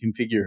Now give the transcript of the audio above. configure